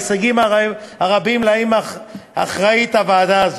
בהישגים הרבים שלהם אחראית הוועדה הזאת,